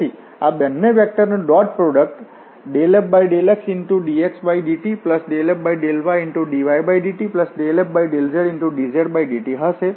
તેથી આ બે વેક્ટરનું ડોટ પ્રોડક્ટ ∂f∂xdxdt∂f∂ydydt∂f∂zdzdt હશે